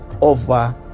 over